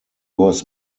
was